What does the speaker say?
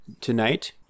tonight